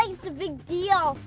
like it's a big deal.